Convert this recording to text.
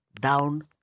down